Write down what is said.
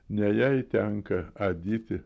ne jai tenka adyti